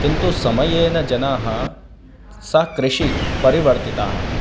किन्तु समयेन जनाः सा कृषि परिवर्तिता